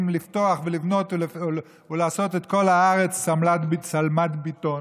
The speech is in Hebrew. לפתח ולבנות ולעשות את כל הארץ שמלת בטון,